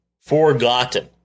Forgotten